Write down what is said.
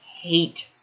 hate